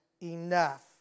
enough